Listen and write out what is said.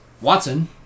Watson